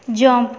jump